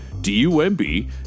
d-u-m-b